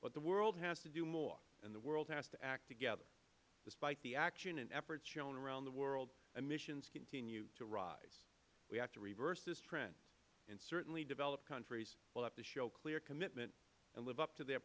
but the world has to do more and the world has to act together despite the action and efforts shown around the world emissions continue to rise we have to reverse this trend and certainly developed countries will have to show clear commitment and live up to their